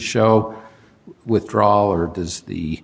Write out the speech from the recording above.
show withdrawal or does the